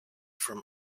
from